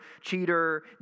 cheater